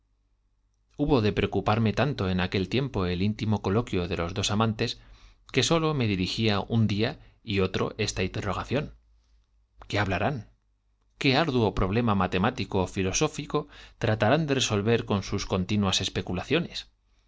hubo de preocuparrrie tanto en aquel tiempo solo me diri íntimo de los dos amantes que coloquio hablarán día y otro esta interrogación qué gía un matemático ó filosófico tratarán qué arduo problema de resolver con sus continuas especulaciones